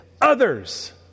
others